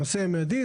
הנושא המיידי,